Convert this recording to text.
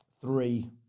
Three